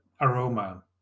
aroma